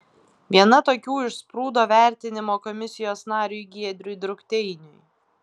viena tokių išsprūdo vertinimo komisijos nariui giedriui drukteiniui